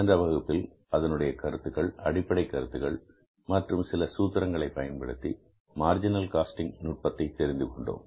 சென்ற வகுப்பில் அதனுடைய கருத்துக்கள் அடிப்படைக் கருத்துக்கள் மற்றும் சில சூத்திரங்களை பயன்படுத்தி மார்ஜினல் காஸ்டிங் நுட்பத்தை தெரிந்துகொண்டோம்